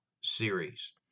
series